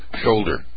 Shoulder